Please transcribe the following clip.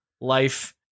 life